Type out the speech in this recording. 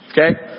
Okay